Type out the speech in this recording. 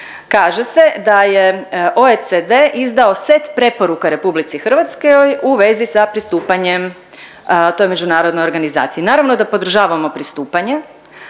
Kaže se da je OECD izdao set preporuka RH u vezi sa pristupanjem toj međunarodnoj organizaciji. Naravno da podržavamo pristupanje,